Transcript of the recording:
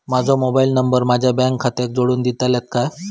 माजो mobile number माझ्या bank खात्याक जोडून दितल्यात काय?